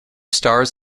starz